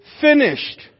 Finished